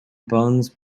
bones